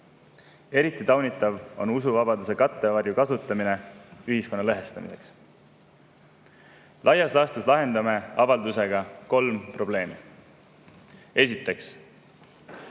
Eriti taunitav on usuvabaduse kattevarju kasutamine ühiskonna lõhestamiseks. Laias laastus lahendame avaldusega kolm probleemi. Esiteks,